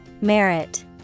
Merit